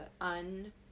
un